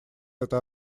это